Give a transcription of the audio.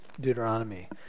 Deuteronomy